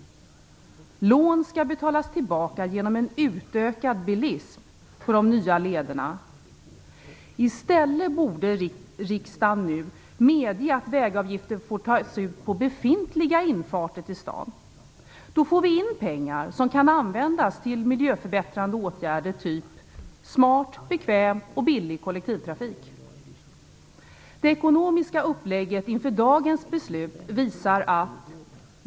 Lån skall betalas tillbaka genom en utökad bilism på de nya lederna. I stället borde riksdagen, nu, medge att vägavgifter får tas ut på befintliga infarter till staden. Då får vi in pengar som kan användas till miljöförbättrande åtgärder av typen smart, bekväm och billig kollektivtrafik. Den ekonomiska uppläggningen inför dagens beslut är följande.